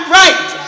right